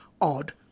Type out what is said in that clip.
odd